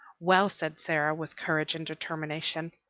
well, said sara, with courage and determination,